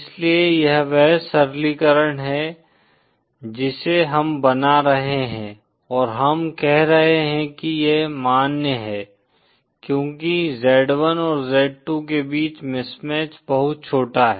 इसलिए यह वह सरलीकरण है जिसे हम बना रहे हैं और हम कह रहे हैं कि यह मान्य है क्योंकि z1 और z2 के बीच मिसमैच बहुत छोटा है